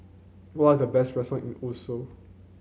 what are the best restaurant in Oslo